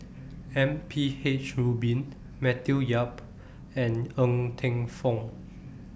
M P H Rubin Matthew Yap and Ng Teng Fong